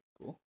cool